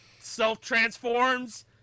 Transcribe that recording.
self-transforms